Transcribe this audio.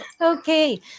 Okay